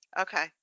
Okay